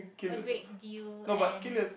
a great deal and